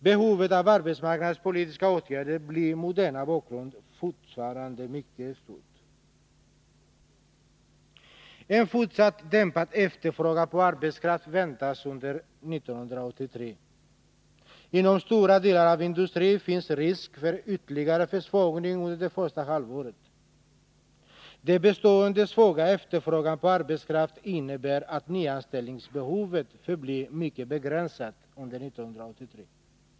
Behovet av arbetsmarknadspolitiska åtgärder blir mot denna bakgrund fortsatt mycket stort. En fortsatt dämpad efterfrågan på arbetskraft väntas under 1983. Inom stora delar av industrin finns risk för en ytterligare försvagning under det första halvåret. Den bestående svaga efterfrågan på arbetskraft innebär att nyanställningsbehovet förblir mycket begränsat under 1983.